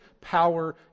power